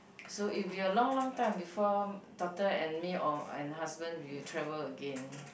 so it will be a long long time before daughter and me or and husband we will travel again